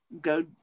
go